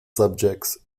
subjects